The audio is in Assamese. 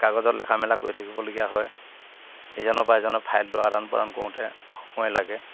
কাগজত লেখা মেলা কৰি থাকিবলগীয়া হয় এজনৰ পৰা এজনে ফাইলটো আদান প্ৰদান কৰোঁতে সময় লাগে